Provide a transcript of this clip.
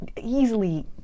easily